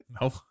No